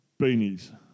Beanies